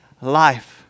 life